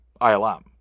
ILM